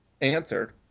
answered